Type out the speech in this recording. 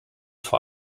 vor